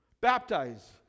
baptize